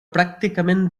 pràcticament